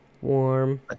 warm